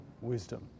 wisdom